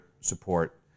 support